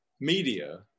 media